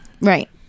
Right